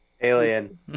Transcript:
Alien